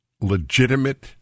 legitimate